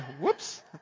Whoops